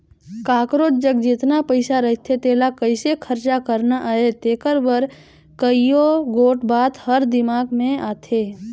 काकरोच जग जेतना पइसा रहथे तेला कइसे खरचा करना अहे तेकर बर कइयो गोट बात हर दिमाक में आथे